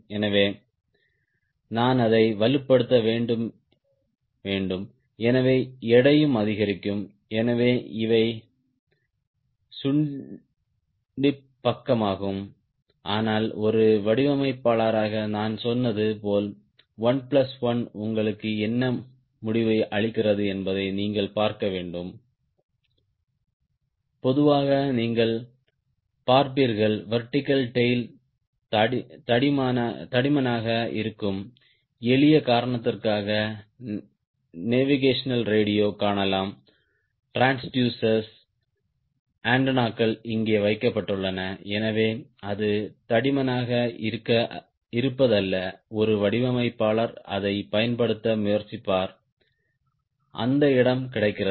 எனவே நான் அதை வலுப்படுத்த வேண்டும் எனவே எடையும் அதிகரிக்கும் எனவே இவை சுண்டி பக்கமாகும் ஆனால் ஒரு வடிவமைப்பாளராக நான் சொன்னது போல் 1 பிளஸ் 1 உங்களுக்கு என்ன முடிவை அளிக்கிறது என்பதை நீங்கள் பார்க்க வேண்டும் பொதுவாக நீங்கள் பார்ப்பீர்கள் வெர்டிகல் டேய்ல் தடிமனாக இருக்கும் எளிய காரணத்திற்காக நேவிகேஷன் ரேடியோ காணலாம் ட்ரான்ஸ்டூஸ்ரஸ் ஆண்டெனாக்கள் இங்கே வைக்கப்பட்டுள்ளன எனவே அது தடிமனாக இருப்பது அல்ல ஒரு வடிவமைப்பாளர் அதைப் பயன்படுத்த முயற்சிப்பார் அந்த இடம் கிடைக்கிறது